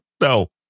No